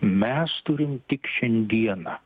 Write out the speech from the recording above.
mes turim tik šiandieną